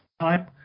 time